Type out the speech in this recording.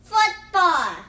Football